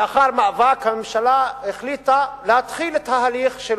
לאחר מאבק החליטה הממשלה להתחיל את ההליך של